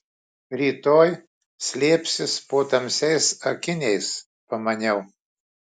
rytoj slėpsis po tamsiais akiniais pamaniau